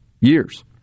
years